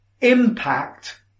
impact